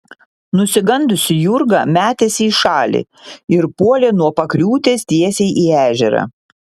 nusigandusi jurga metėsi į šalį ir puolė nuo pakriūtės tiesiai į ežerą